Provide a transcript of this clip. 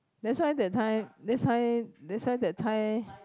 that's why that time that's why that's why that time